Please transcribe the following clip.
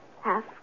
half